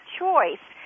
choice